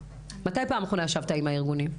מתי בפעם האחרונה ישבת עם הארגונים?